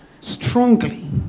strongly